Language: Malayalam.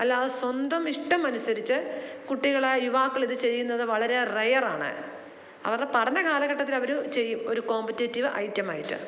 അല്ലാതെ സ്വന്തം ഇഷ്ടം അനുസരിച്ച് കുട്ടികൾ യുവാക്കളിത് ചെയ്യുന്നത് വളരെ റെയർ ആണ് അവരുടെ പഠനകാലഘട്ടത്തിൽ അവർ ചെയ്യും ഒരു കോമ്പറ്റേറ്റിവ് ഐറ്റം ആയിട്ട്